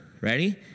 ready